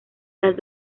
las